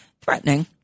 threatening